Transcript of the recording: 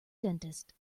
dentist